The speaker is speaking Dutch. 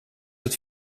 het